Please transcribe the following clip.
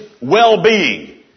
well-being